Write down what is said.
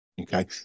Okay